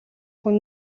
хүн